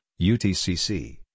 UTCC